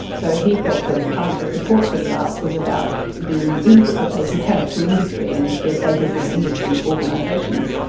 so he felt that part of the support for the arts was about the input that they could have to industry, and their status as industry organisations.